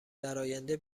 درآینده